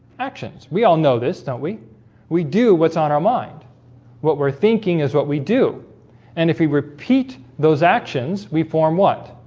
actions we all know this don't we we do what's on our mind what we're thinking is what we do and if we repeat those actions we form what?